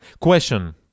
Question